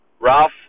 Ralph